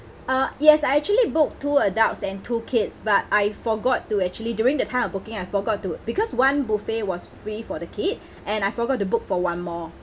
uh yes I actually booked two adults and two kids but I forgot to actually during the time of booking I forgot to because one buffet was free for the kid and I forgot to book for one more